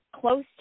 close